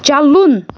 چلُن